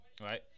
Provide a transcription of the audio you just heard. right